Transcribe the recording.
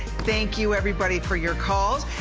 thank you everybody for your calls.